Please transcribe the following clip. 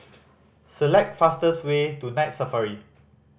select fastest way to Night Safari